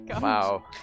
Wow